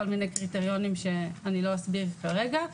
מיני קריטריונים שאני לא אסביר כרגע,